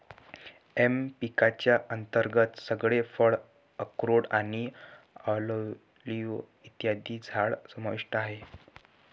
M पिकांच्या अंतर्गत सगळे फळ, अक्रोड आणि ऑलिव्ह इत्यादींची झाडं समाविष्ट आहेत